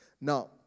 Now